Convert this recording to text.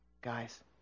guys